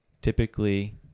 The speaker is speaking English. typically